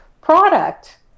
product